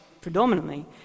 predominantly